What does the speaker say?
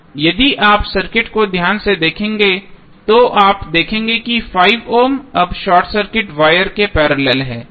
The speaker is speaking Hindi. यदि आप सर्किट को ध्यान से देखेंगे तो आप देखेंगे कि 5 ओम अब शॉर्ट सर्किट वायर के पैरेलल है